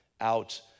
out